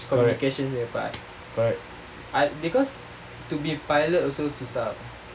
correct